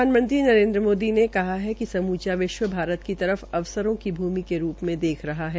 प्रधानमंत्री नरेन्द्र मोदी ने कहा है कि समुचा विश्व भारत की तर फ अवसर की भूमि के रूप् में देख रहा है